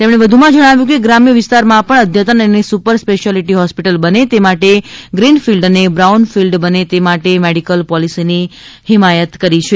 તેમણે વધુમાં જણાવ્યું હતું કે ગ્રામ્ય વિસ્તારમાં પણ અદ્યતન અને સુપર સ્પેશ્યાલીટી હોસ્પિટલ બને તે માટે ગ્રીન ફિલ્ડ અને બ્રાઉન ફિલ્ડ બને તે માટે મેડિકલ પોલીસીની હિમાયત કરી છે